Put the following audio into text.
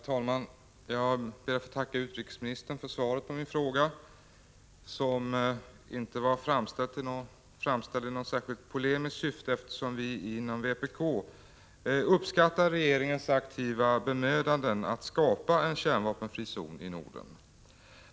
Herr talman! Jag ber att få tacka utrikesministern för svaret på min fråga, som inte var framställd i något polemiskt syfte, eftersom vi inom vpk uppskattar regeringens aktiva bemödanden att skapa en kärnvapenfri zon i Norden.